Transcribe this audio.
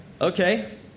okay